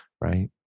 right